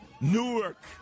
Newark